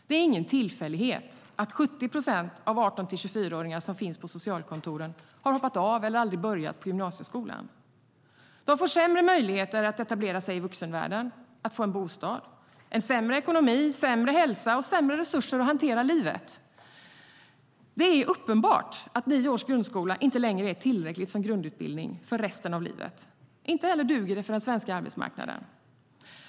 Det är ingen tillfällighet att 70 procent av de 18-24-åringar som finns på socialkontoren har hoppat av eller aldrig börjat på gymnasieskolan. De får sämre möjligheter att etablera sig i vuxenvärlden och få en bostad. De får sämre ekonomi, sämre hälsa och sämre resurser att hantera livet. Det är uppenbart att nio års grundskola inte längre är tillräckligt som grundutbildning för resten av livet. Inte heller duger det för den svenska arbetsmarknaden.